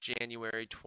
January